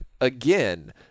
again